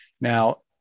Now